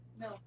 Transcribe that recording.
no